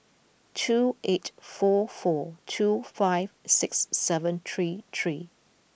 two eight four four two five six seven three three